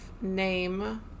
name